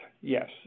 Yes